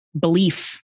belief